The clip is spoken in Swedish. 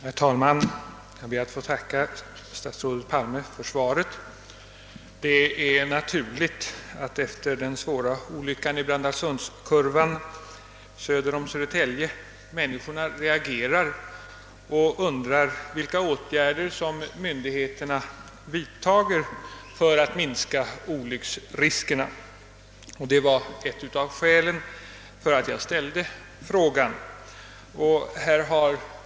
Herr talman! Jag ber att få tacka statsrådet Palme för svaret. Det är naturligt att människorna efter den svåra olyckan i Brandalsundskurvan söder om Södertälje reagerar och undrar vilka åtgärder myndigheterna vidtar för att minska olycksriskerna. Detta var ett av skälen till att jag framställde min fråga.